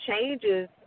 changes